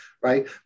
right